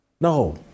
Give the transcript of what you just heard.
No